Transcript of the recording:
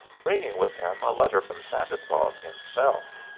bringing with him a letter from santa claus himself!